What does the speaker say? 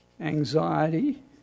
anxiety